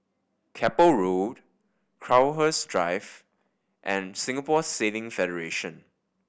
Keppel Road Crowhurst Drive and Singapore Sailing Federation